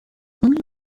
whom